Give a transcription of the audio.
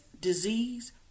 disease